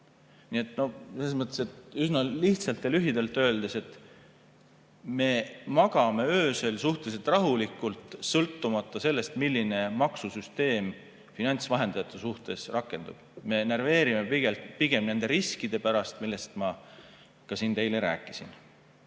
mõttes üsna lihtsalt ja lühidalt öeldes me magame öösel suhteliselt rahulikult sõltumata sellest, milline maksusüsteem finantsvahendajate suhtes rakendub. Me närveerime pigem nende riskide pärast, millest ma ka siin teile rääkisin.